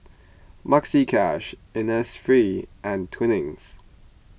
Maxi Cash Innisfree and Twinings